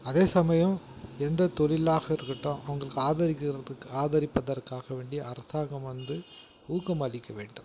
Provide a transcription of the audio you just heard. அதே சமயம் எந்த தொழிலாக இருக்கட்டும் அவங்களுக்கு ஆதரிக்கிறதுக்கு ஆதரிப்பதற்காக வேண்டியே அரசாங்கம் வந்து ஊக்கம் அளிக்க வேண்டும்